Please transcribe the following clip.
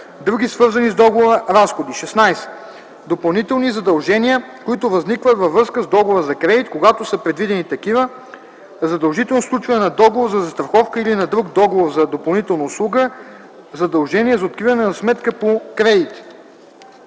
други свързани с договора разходи; 16. допълнителни задължения, които възникват във връзка с договора за кредит, когато са предвидени такива (задължително сключване на договор за застраховка или на друг договор за допълнителна услуга, задължение за откриване на сметка по кредита);